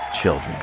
children